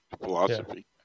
philosophy